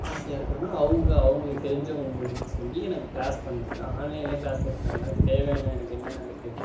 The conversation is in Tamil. ஆசையாக இருக்குணுன்னா அவங்க அவங்களுக்கு தெரிஞ்சவங்க மூலியமாக சொல்லி எனக்கு க்ளாஸ் பண்ணாங்க ஆன்லைன்லையே க்ளாஸ் எடுத்தாங்க அதுக்கு தேவையான எனக்கு என்னென்ன அந்த இது